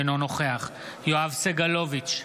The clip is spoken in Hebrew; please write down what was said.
אינו נוכח יואב סגלוביץ'